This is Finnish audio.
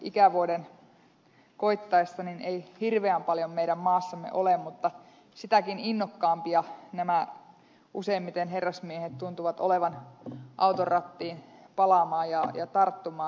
ikävuoden koittaessa ei hirveän paljon maassamme ole mutta sitäkin innokkaampia nämä useimmiten herrasmiehet tuntuvat olevan auton rattiin palaamaan ja tarttumaan